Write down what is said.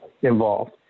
involved